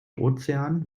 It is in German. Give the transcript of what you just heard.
ozean